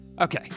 Okay